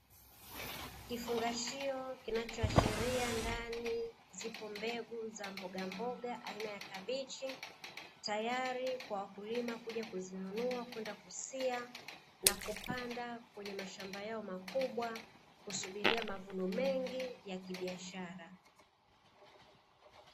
Kifungashio kinachoashiria ndani zipo mbegu za mbogamboga aina ya kabichi, tayari kwa wakulima kuja kuzinunua kwenda kusia na kupanda kwenye mashamba yao makubwa, kusubiria mavuno mengi ya kibiashara.